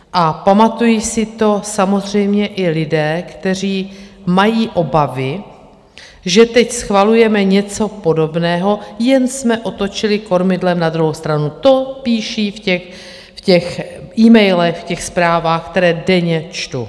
A pamatují si to samozřejmě i lidé, kteří mají obavy, že teď schvalujeme něco podobného, jen jsme otočili kormidlem na druhou stranu, to píší v těch emailech, v těch zprávách, které denně čtu.